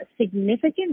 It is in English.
significant